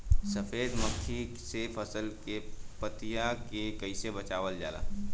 सफेद मक्खी से फसल के पतिया के कइसे बचावल जाला?